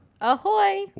Ahoy